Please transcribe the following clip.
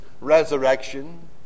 resurrection